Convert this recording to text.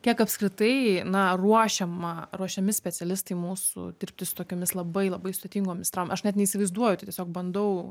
kiek apskritai na ruošiama ruošiami specialistai mūsų dirbti su tokiomis labai labai sudėtingomis aš net neįsivaizduoju tai tiesiog bandau